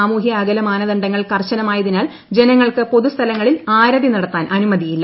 സാമൂഹ്യ അകല മാനദണ്ഡങ്ങൾ കർശനമായതിനാൽ ജനങ്ങൾക്ക് പൊതുസ്ഥലങ്ങളിൽ ആരതി നടത്താൻ അനുമതിയില്ല